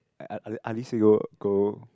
are go go